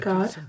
God